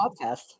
podcast